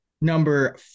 number